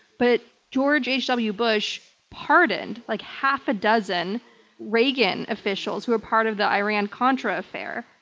but george h. w. bush pardoned like half a dozen reagan officials who were part of the iran contra affair.